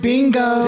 Bingo